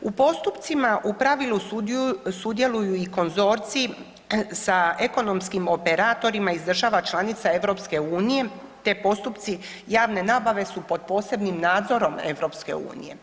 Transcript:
U postupcima u pravilu sudjeluju i konzorciji sa ekonomskim operatorima iz država članica EU te postupci javne nabave su pod posebnim nadzorom EU.